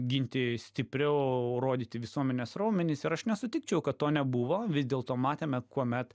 ginti stipriau rodyti visuomenės raumenis ir aš nesutikčiau kad to nebuvo vis dėlto matėme kuomet